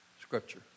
scripture